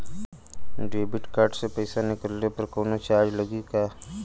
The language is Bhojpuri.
देबिट कार्ड से पैसा निकलले पर कौनो चार्ज लागि का?